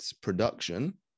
production